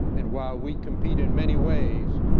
and while we compete in many ways,